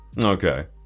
okay